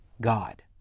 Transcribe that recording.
God